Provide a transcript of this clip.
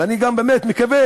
ואני גם באמת מקווה